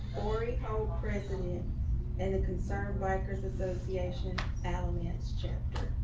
orrico president and the concerned bikers association alamance chapter